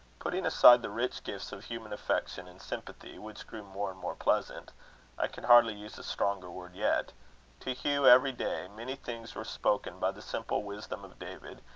putting aside the rich gifts of human affection and sympathy, which grew more and more pleasant can hardly use a stronger word yet to hugh every day, many things were spoken by the simple wisdom of david,